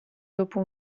dopo